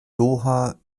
doha